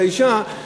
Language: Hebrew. לאישה,